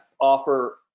offer